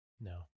No